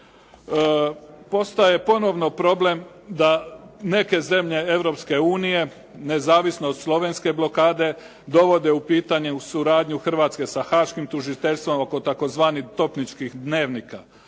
Postaje ponovno problem da neke zemlje Europske unije nezavisno od slovenske blokade dovode u pitanje suradnju Hrvatske sa Haaškim tužiteljstvom oko tzv. topničkih dnevnika.